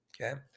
okay